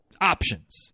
options